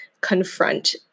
confront